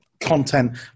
content